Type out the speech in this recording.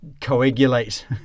coagulate